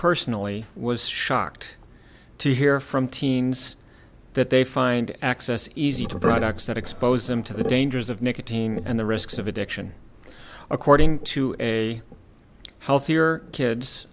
personally was shocked to hear from teens that they find access easy to products that expose them to the dangers of nicotine and the risks of addiction according to a healthier kids